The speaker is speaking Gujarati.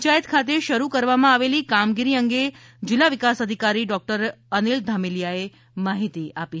પંચાયત ખાતે શરૂ કરવામાં આવેલી કામગીરી અંગે જિલ્લા વિકાસ અધિકારી ડોક્ટર અનિલ ધામેલિયાએ માહિતી આપી